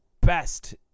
best